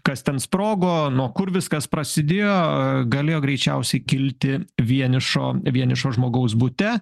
kas ten sprogo nuo kur viskas prasidėjo galėjo greičiausiai kilti vienišo vienišo žmogaus bute